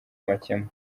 amakemwa